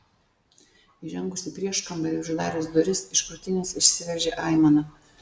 įžengus į prieškambarį ir uždarius duris iš krūtinės išsiveržė aimana